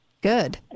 Good